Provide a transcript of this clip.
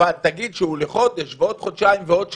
אבל תגיד שהוא לחודש ועוד חודשיים ועוד שלושה.